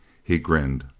he grinned.